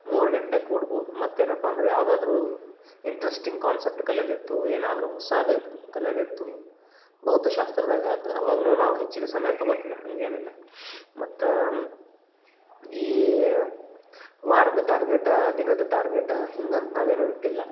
ಮೂರು ಗಂಟೆ ಕೂಡ್ಬೋದು ಮತ್ತೇನಪ್ಪ ಅಂದ್ರೆ ಯಾವುದಾದ್ರೂ ಇಂಟ್ರೆಸ್ಟಿಂಗ್ ಕಾನ್ಸೆಪ್ಟ್ ಕಲಿಯೋದಿತ್ತು ಏನಾದರೂ ಹೊಸಾದು ಕಲಿಯೋದಿತ್ತು ಭೌತಶಾಸ್ತ್ರದಾಗಾದ್ರೆ ಅವಾಗೂ ನಾವು ಹೆಚ್ಚಿಗೆ ಸಮಯ ತಗೊತೀವಿ ಹಾಗೇನಿಲ್ಲ ಮತ್ತು ಈ ವಾರದ ಟಾರ್ಗೆಟ ದಿನದ ಟಾರ್ಗೆಟ ಹಿಂಗಂತ ನಾವೇನೂ ಇಟ್ಟಿಲ್ಲ